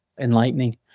enlightening